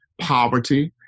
poverty